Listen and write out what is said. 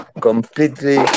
completely